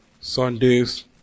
Sunday's